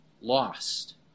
lost